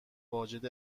واجد